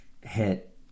hit